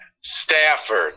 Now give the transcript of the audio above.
Stafford